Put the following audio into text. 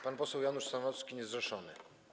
Pan poseł Janusz Sanocki, niezrzeszony.